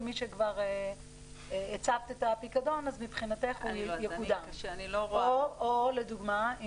משכבר הצבת את הפיקדון אז מבחינתך הוא יקודם; או לדוגמה,